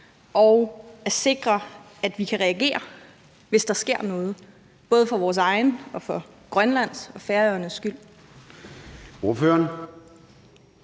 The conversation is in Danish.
og at sikre, at vi kan reagere, hvis der sker noget, både for vores egen, for Grønlands og for Færøernes skyld?